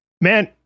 man